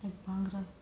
like bangra